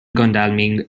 godalming